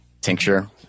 tincture